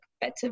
better